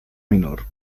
minor